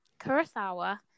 Kurosawa